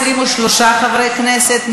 23 חברי כנסת,